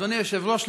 אדוני היושב-ראש,